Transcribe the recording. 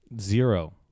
Zero